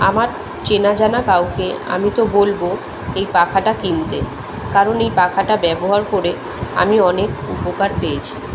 আমার চেনাজানা কাউকে আমি তো বলব এই পাখাটা কিনতে কারণ এই পাখাটা ব্যবহার করে আমি অনেক উপকার পেয়েছি